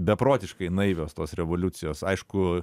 beprotiškai naivios tos revoliucijos aišku